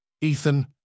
Ethan